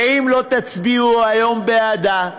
ואם לא תצביעו היום בעדה,